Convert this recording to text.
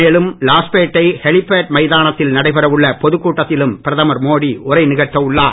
மேலும் லாஸ்பேட்டை ஹெலிபேட் மைதானத்தில் நடைபெற உள்ள பொது கூட்டத்திலும் பிரதமர் மோடி உரை நிகழ்த்த உள்ளார்